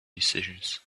decisions